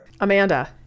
Amanda